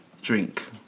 drink